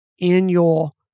annual